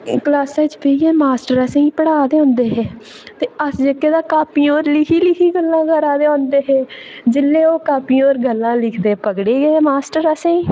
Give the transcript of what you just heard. ते क्लॉसे च बेहियै मास्टर असेंगी पढ़ा दे होंदे हे ते अस जेह्के तां कॉपियें पर लिखी लिखी गल्ल करा दे होंदे हे जेल्लै ओह् कॉपियें पर लिखदे कम्म करदे पकड़े गे हे असेंगी